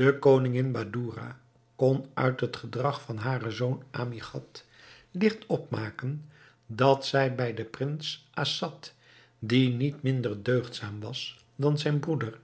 de koningin badoura kon uit het gedrag van haren zoon amgiad ligt opmaken dat zij bij den prins assad die niet minder deugdzaam was dan zijn broeder